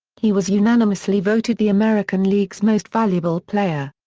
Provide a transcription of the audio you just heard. he was unanimously voted the american league's most valuable player.